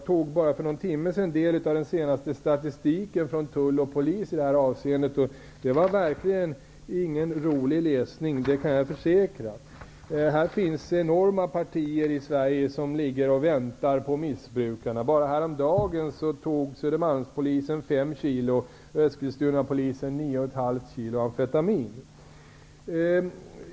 För bara någon timme sedan tog jag del av den senaste statistiken från tull och polis i det här avseendet. Det var verkligen ingen rolig läsning, det kan jag försäkra. Det finns enorma partier narkotika i Sverige som ligger och väntar på missbrukarna. Häromdagen tog Södermalmspolisen 5 kg amfetamin, och Eskilstunapolisen tog 9,5 kg. Det är bara två exempel.